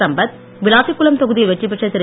சம்பத் விளாத்திகுளம் தொகுதியில் வெற்றிபெற்ற திரு